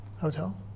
Hotel